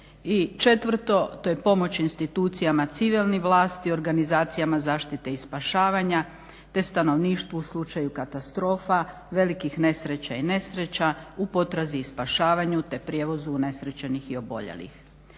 četvrto, to je pomoć institucijama civilnih vlasti, organizacijama zaštite i spašavanja, te stanovništvu u slučaju katastrofa, velikih nesreća i nesreća u potrazi i spašavanju, te prijevozu unesrećenih i oboljelih.